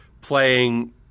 playing